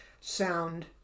sound